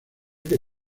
que